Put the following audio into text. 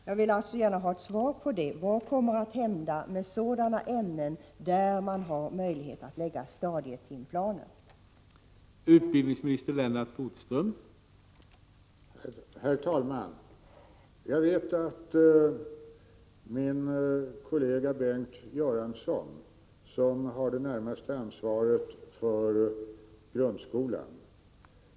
Jag vill alltså gärna ha ett svar på frågan: Vad kommer att hända med sådana ämnen som det finns möjlighet att utforma stadieplaner för?